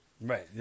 Right